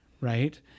right